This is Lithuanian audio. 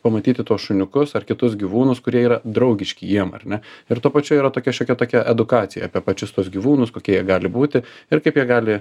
pamatyti tuos šuniukus ar kitus gyvūnus kurie yra draugiški jiem ar ne ir tuo pačiu yra tokia šiokia tokia edukacija apie pačius tuos gyvūnus kokie jie gali būti ir kaip jie gali